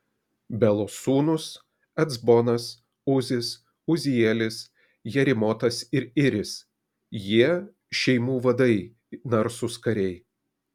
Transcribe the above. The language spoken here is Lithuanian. belos sūnūs ecbonas uzis uzielis jerimotas ir iris jie šeimų vadai narsūs kariai